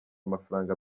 amafaranga